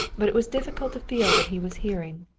but it was difficult to feel that he was hearing.